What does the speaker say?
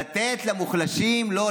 לתת למוחלשים, לא.